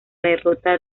derrota